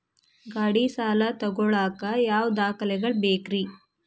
ಗಾಡಿ ಸಾಲ ತಗೋಳಾಕ ಯಾವ ದಾಖಲೆಗಳ ಬೇಕ್ರಿ?